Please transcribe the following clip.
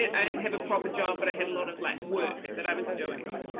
i didn't have a proper job, but i had a lot of like work that i was doing,